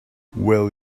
will